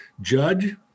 judge